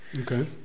Okay